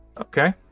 Okay